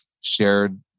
shared